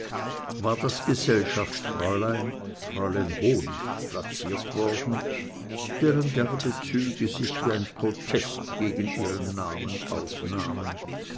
war das gesellschaftsfräulein fräulein honig placiert worden deren herbe züge sich wie ein protest gegen ihren namen ausnahmen